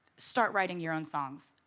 start writing your own songs.